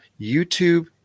YouTube